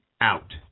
Out